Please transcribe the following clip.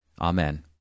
Amen